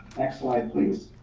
next slide, please.